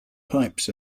pipes